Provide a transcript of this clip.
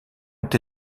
ont